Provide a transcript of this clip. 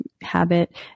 habit